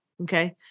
Okay